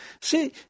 See